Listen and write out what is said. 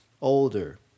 older